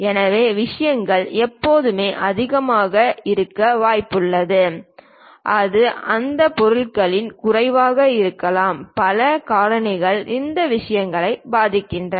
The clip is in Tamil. எனவே விஷயங்கள் எப்போதுமே அதிகமாக இருக்க வாய்ப்புள்ளது அது அந்த பொருளின் குறைவாக இருக்கலாம் பல காரணிகள் இந்த விஷயங்களை பாதிக்கின்றன